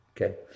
Okay